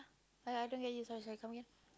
!aiya! I don't get you sorry sorry come again